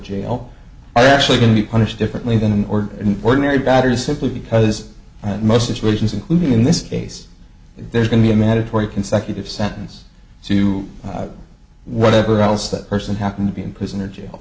jail are actually going to be punished differently than an order an ordinary battery simply because most situations including in this case there can be a mandatory consecutive sentence to whatever else that person happened to be in prison or jail